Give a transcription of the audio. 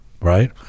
right